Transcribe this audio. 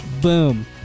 Boom